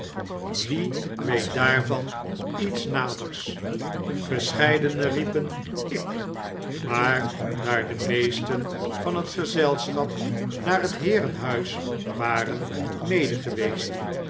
wie weet daarvan iets naders verscheidene riepen ik maar daar de meesten van het gezelschap naar het heerenhuis waren mede geweest